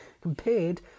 compared